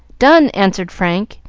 done! answered frank,